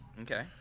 Okay